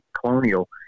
colonial